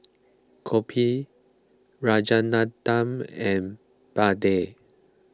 Copy Rajaratnam and Mahade